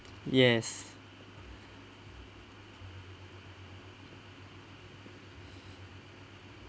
yes